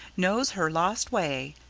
knows her lost way,